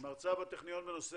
המחלה ההולנדית זה